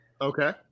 Okay